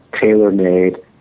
tailor-made